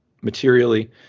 materially